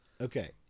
okay